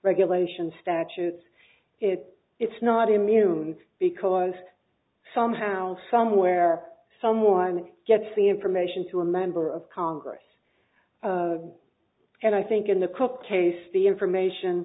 statutes it it's not immune because somehow somewhere someone gets the information to a member of congress and i think in the cook case the information